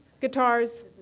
guitars